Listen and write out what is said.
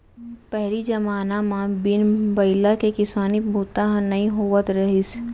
पहिली जमाना म बिन बइला के किसानी बूता ह नइ होवत रहिस